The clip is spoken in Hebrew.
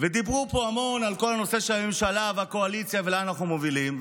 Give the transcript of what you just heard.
ודיברו פה המון על כל הנושא של הממשלה והקואליציה ולאן אנחנו מובילים.